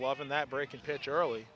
loving that breaking pitch early